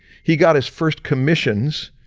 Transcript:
he got his first commissions,